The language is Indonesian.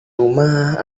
rumah